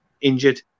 injured